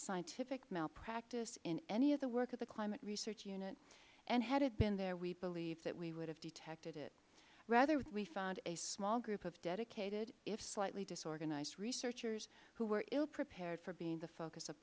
scientific malpractice in any of the work of the climate research unit and had it been there we believe that we would have detected it rather we found a small group of dedicated if slightly disorganized researchers who were ill prepared for being the focus of